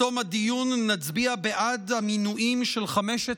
בתום הדיון נצביע בעד המינויים של חמשת